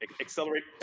accelerate